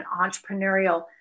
entrepreneurial